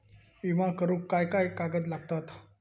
विमा करुक काय काय कागद लागतत?